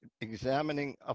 examining